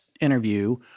interview